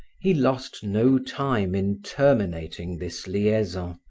he lost no time in terminating this liaison,